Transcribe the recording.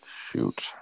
Shoot